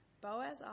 Boaz